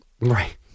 Right